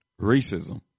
racism